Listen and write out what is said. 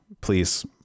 Please